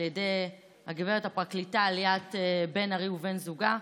על ידי הגברת הפרקליטה ליאת בן-ארי ובן זוגה.